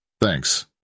Thanks